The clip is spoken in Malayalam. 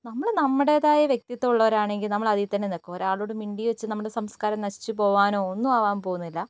നമ്മൾ നമ്മുടേതായ വ്യക്തിത്ത്വമുള്ളവരാണെങ്കിൽ നമ്മളതിൽത്തന്നെ നിൽക്കും ഒരാളോട് മിണ്ടി വച്ച് നമ്മുടെ സംസ്ക്കാരം നശിച്ചു പോവാനോ ഒന്നും ആവാൻ പോവുന്നില്ല